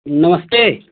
नमस्ते